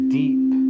deep